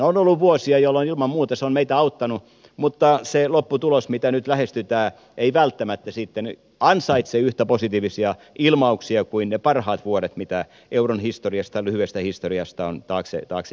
on ollut vuosia jolloin ilman muuta se on meitä auttanut mutta se lopputulos jota nyt lähestytään ei välttämättä sitten ansaitse yhtä positiivisia ilmauksia kuin ne parhaat vuodet joita euron lyhyestä historiasta on taakse jäänyt